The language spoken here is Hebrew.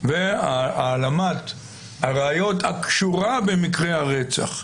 והעלמת הראיות הקשורה במקרי הרצח.